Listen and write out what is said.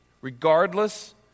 Regardless